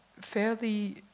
fairly